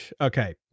Okay